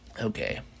Okay